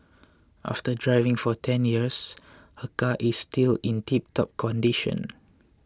after driving for ten years her car is still in tiptop condition